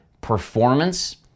performance